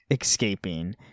escaping